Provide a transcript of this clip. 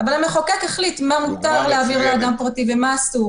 אלא שהמחוקק החליט מה מותר להעביר לאדם פרטי ומה אסור.